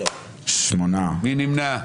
מי נמנע?